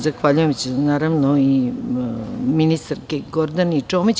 Zahvaljujem se, naravno, i ministarki Gordani Čomić.